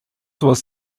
was